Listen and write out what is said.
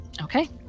Okay